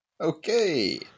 okay